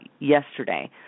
yesterday